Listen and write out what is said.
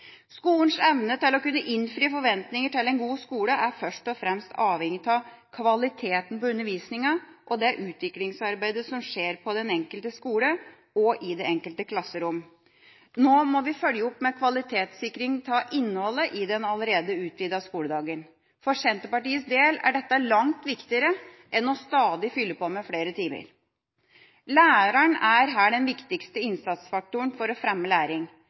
Skolens evne til å kunne innfri forventningene til en god skole er først og fremst avhengig av kvaliteten på undervisninga og det utviklingsarbeidet som skjer på den enkelte skole, og i den enkelte klasserom. Nå må vi følge opp med kvalitetssikring av innholdet i den allerede utvidede skoledagen. For Senterpartiets del er dette langt viktigere enn stadig å fylle på med flere timer. Læreren er her den viktigste innsatsfaktoren for å fremme læring.